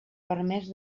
permès